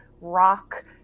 rock